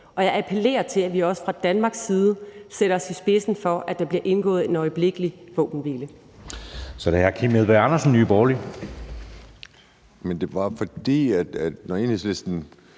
jeg appellerer til, at vi også fra Danmarks side sætter os i spidsen for, at der bliver indgået en øjeblikkelig våbenhvile.